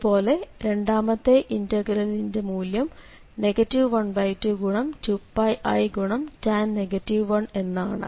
അതു പോലെ രണ്ടാമത്തെ ഇന്റഗ്രലിന്റെ മൂല്യം 12 ഗുണം 2πi ഗുണം tan എന്നാണ്